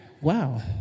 Wow